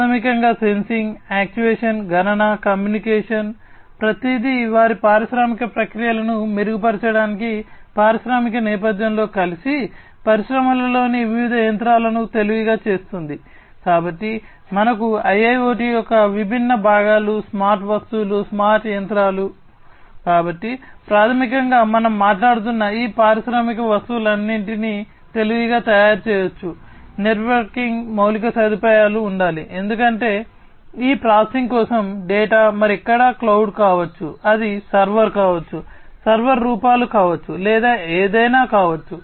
ప్రాథమికంగా sensing actuation గణన communication ఉండాలి ఎందుకంటే ఈ ప్రాసెసింగ్ కోసం డేటా మరెక్కడా క్లౌడ్ కావచ్చు అది సర్వర్ కావచ్చు సర్వర్ రూపాలు కావచ్చు లేదా ఏదైనా కావచ్చు